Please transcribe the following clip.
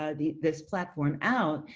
ah the this platform out,